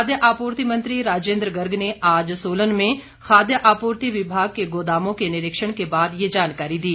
खाद्य आपूर्ति मंत्री राजेंद्र गर्ग ने आज सोलन में खाद्य आपूर्ति विभाग के गोदामों के निरीक्षण के बाद ये जानकारी दी